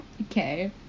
okay